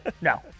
No